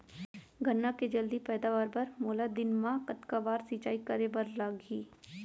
गन्ना के जलदी पैदावार बर, मोला दिन मा कतका बार सिंचाई करे बर लागही?